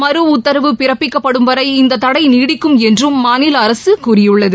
மறு உத்தரவு பிறப்பிக்கப்படும் வரை இந்த தடை நீடிக்கும் என்றும் மாநில அரசு கூறியுள்ளது